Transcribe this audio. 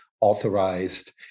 authorized